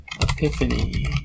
Epiphany